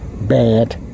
Bad